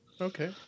Okay